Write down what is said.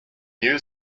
new